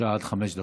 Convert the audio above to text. בבקשה, עד חמש דקות.